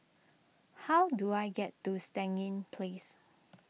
how do I get to Stangee Place